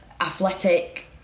athletic